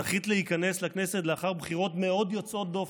זכית להיכנס לכנסת לאחר בחירות מאוד יוצאות דופן,